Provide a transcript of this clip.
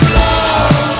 love